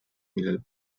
millel